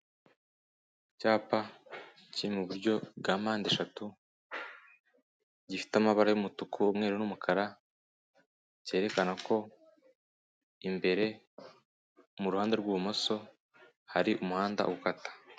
Icyapa kiri mu buryo bwa mpande eshatu, gifite amabara y'umutuku, umweru n'umukara, cyerekana ko imbere mu ruhande rw'ibumoso hari umuhanda ukata.